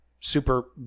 super